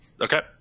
Okay